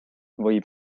võib